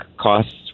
costs